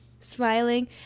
smiling